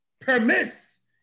permits